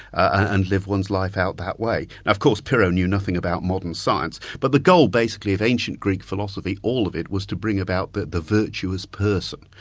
and live one's life out that way. of course pyrrho knew nothing about modern science, but the goal basically of ancient greek philosophy, all of it, was to bring about the the virtuous person,